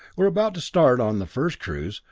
we're about to start on the first cruise,